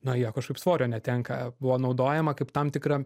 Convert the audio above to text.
na jie kažkaip svorio netenka buvo naudojama kaip tam tikra